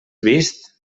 vist